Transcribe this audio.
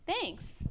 Thanks